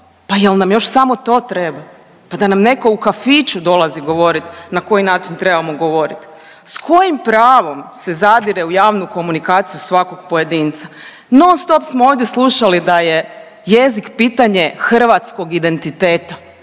Pa je li nam još samo to treba? Pa da nam netko u kafiću dolazi govoriti na koji način trebamo govoriti? S kojim pravom se zadire u javnu komunikaciju svakog pojedinca? Non stop smo ovdje slušali da je jezik pitanje hrvatskog identiteta,